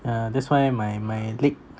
yeah that's why my my leg